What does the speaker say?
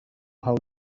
how